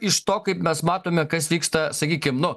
iš to kaip mes matome kas vyksta sakykim nu